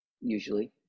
usually